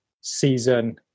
season